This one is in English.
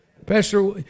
Pastor